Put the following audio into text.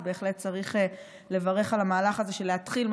אז בהחלט צריך לברך על המהלך הזה של להתחיל,